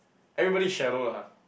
everybody is shallow lah